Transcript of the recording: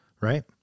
right